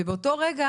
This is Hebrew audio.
ובאותו רגע